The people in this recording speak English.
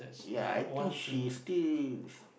ya she is still